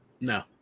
no